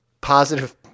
positive